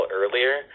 earlier